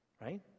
Right